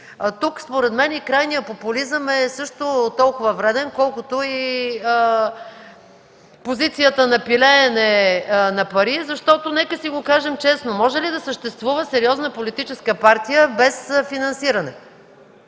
сме решили. И крайният популизъм е също толкова вреден, колкото и позицията на пилеене на пари. Нека си го кажем честно: може ли да съществува сериозна политическа партия без финансиране?